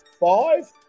five